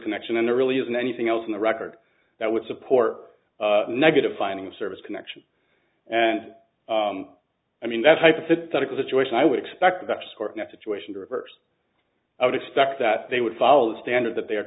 connection and there really isn't anything else in the record that would support negative finding a service connection and i mean that hypothetical situation i would expect the court next to a reverse i would expect that they would follow the standard that they are